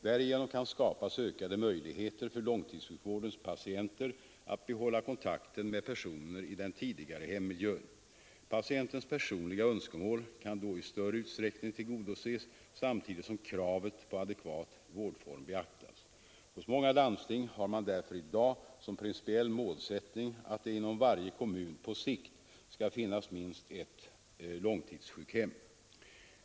Därigenom kan skapas ökade möjligheter för långtidssjukvårdens patienter att behålla kontakten med personer i den tidigare hemmiljön. Patientens personliga önskemål kan då i större utsträckning tillgodoses samtidigt som kravet på adekvat vårdform beaktas. Hos många landsting har man därför i dag som principiell målsättning att det inom varje kommun på sikt skall finnas minst ett långtidssjukhem.